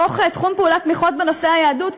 בתוך תחום פעולת תמיכות בנושא היהדות,